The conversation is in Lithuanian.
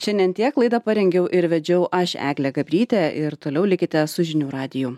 šiandien tiek laidą parengiau ir vedžiau aš eglė gabrytė ir toliau likite su žinių radiju